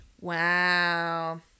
wow